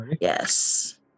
Yes